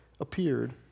appeared